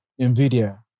NVIDIA